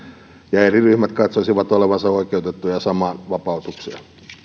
ja eri ryhmät katsoisivat olevansa oikeutettuja samaan vapautukseen